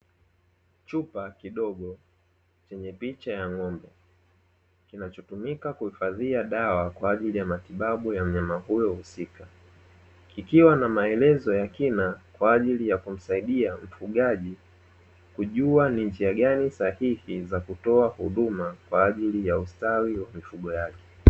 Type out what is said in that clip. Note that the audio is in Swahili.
Kichupa kidogo chenye picha ya ng'ombe, kinachotumika kuhifadhia dawa kwa ajili ya matibabu ya mnyama huyo husika, kikiwa na maelezo ya kina kwa ajili ya kumsaidia mfugaji, kujua ni njia gani sahihi za kutoa huduma kwa ajili ya ustawi wa mifugo yake.